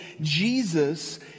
Jesus